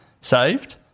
saved